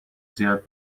زیاد